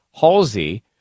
Halsey